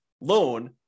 loan